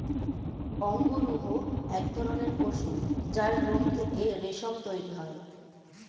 অঙ্গরূহ এক ধরণের পশু যার লোম থেকে রেশম তৈরি হয়